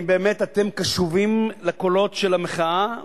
האם באמת אתם קשובים לקולות של המחאה,